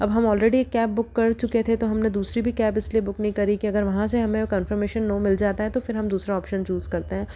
अब हम already cab book कर चुके थे तो हमने दूसरी भी कैब इसलिए बुक नहीं करी कि अगर वहाँ से हमें कंफर्मेशन नो मिल जाता है तो फिर हम दूसरा ऑप्शन चूज़ करते हैं